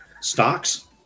stocks